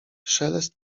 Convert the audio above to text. szelest